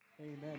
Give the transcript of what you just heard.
Amen